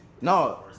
No